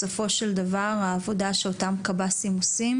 בסופו של דבר העבודה שאותם קב"סים עושים